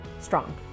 strong